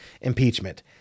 impeachment